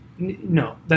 No